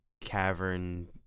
cavern